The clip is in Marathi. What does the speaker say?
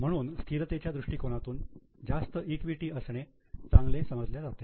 म्हणून स्थिरतेच्या दृष्टिकनातून जास्त इक्विटी असणे चांगले समजल्या जाते